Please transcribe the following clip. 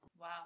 Wow